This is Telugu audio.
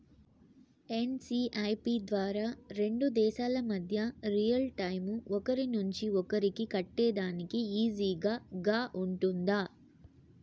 ఎన్.సి.పి.ఐ ద్వారా రెండు దేశాల మధ్య రియల్ టైము ఒకరి నుంచి ఒకరికి కట్టేదానికి ఈజీగా గా ఉంటుందా?